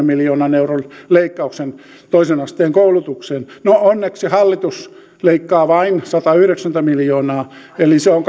miljoonan euron leikkauksen toisen asteen koulutukseen no onneksi hallitus leikkaa vain satayhdeksänkymmentä miljoonaa eli se on